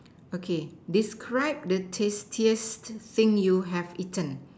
okay describe the tastiest thing you have eaten